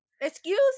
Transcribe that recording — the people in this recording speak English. excuse